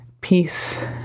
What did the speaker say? peace